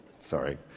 sorry